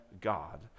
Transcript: God